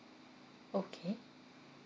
okay